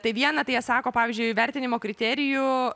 tai viena tai jie sako pavyzdžiui vertinimo kriterijų